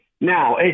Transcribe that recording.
Now